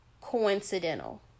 coincidental